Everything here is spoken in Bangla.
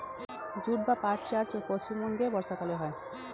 জুট বা পাট চাষ পশ্চিমবঙ্গে বর্ষাকালে হয়